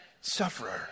sufferer